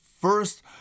first